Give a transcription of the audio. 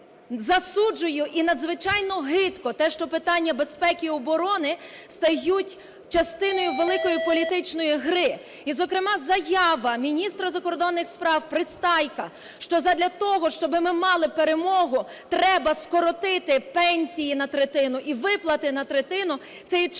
засуджую, і надзвичайно гидко те, що питання безпеки і оборони стають частиною великої політичної гри. І зокрема заява міністра закордонних справ Пристайка, що задля того, щоби ми мали перемогу, треба скоротити пенсії на третину і виплати на третину – це є чистої